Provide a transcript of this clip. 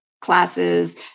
classes